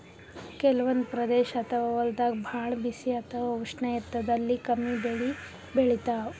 ಕೆಲವಂದ್ ಪ್ರದೇಶ್ ಅಥವಾ ಹೊಲ್ದಾಗ ಭಾಳ್ ಬಿಸಿ ಅಥವಾ ಉಷ್ಣ ಇರ್ತದ್ ಅಲ್ಲಿ ಕಮ್ಮಿ ಬೆಳಿ ಬೆಳಿತಾವ್